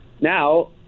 now